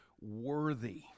worthy